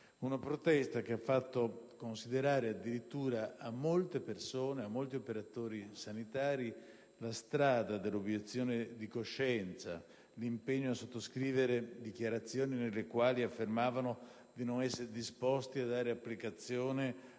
che politica, che ha fatto considerare addirittura a molte persone e a tanti operatori sanitari la strada dell'obiezione di coscienza, con l'impegno a sottoscrivere dichiarazioni nelle quali affermavano di non essere disposti a dare applicazione